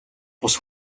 бус